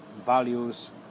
values